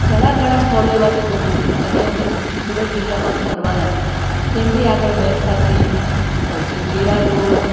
ઘણાં ઘણાં સ્થળો એવાં છે અહીંયા બી સુરત જિલ્લામાં બી ફરવાનાં તેનાથી આગળ ભેંસકાતરી પછી ગીરાધોધ